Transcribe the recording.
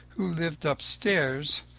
who lived upstairs.